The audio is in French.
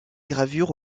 gravures